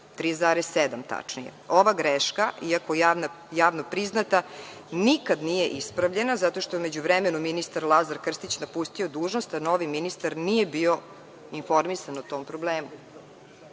3,7 tačnije. Ova greška, iako javno priznata, nikada nije ispravljena, zato što je u međuvremenu ministar Lazar Krstić napustio dužnost i novi ministar nije bio informisan o tom problemu. Dalje,